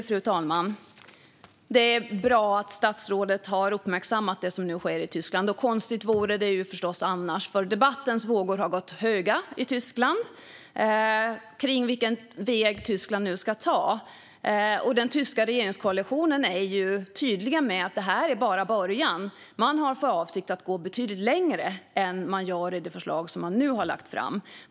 Fru talman! Det är bra att statsrådet har uppmärksammat det som nu sker i Tyskland, och konstigt vore det förstås annars. Debattens vågor har nämligen gått höga i Tyskland kring vilken väg Tyskland nu ska ta. Den tyska regeringskoalitionen är tydlig med att detta bara är början. Man har för avsikt att gå betydligt längre än man gör i det förslag som man nu har lagt fram.